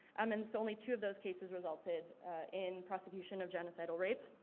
um and so only two of those cases resulted in prosecution of genocidal rape.